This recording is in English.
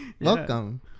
Welcome